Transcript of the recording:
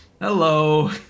Hello